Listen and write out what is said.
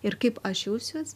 ir kaip aš jausiuos